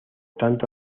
tanto